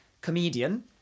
comedian